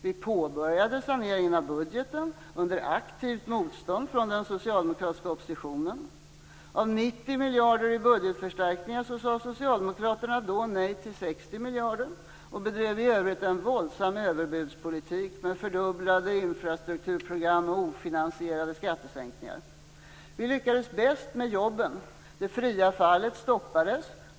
Vi påbörjade saneringen av budgeten under aktivt motstånd från den socialdemokratiska oppositionen. Av 90 miljarder i budgetförstärkningar sade Socialdemokraterna då nej till 60 miljarder. De bedrev i övrigt en våldsam överbudspolitik med fördubblade infrastrukturprogram och ofinansierade skattesänkningar. Vi lyckade bäst med jobben. Det fria fallet hejdades.